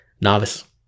novice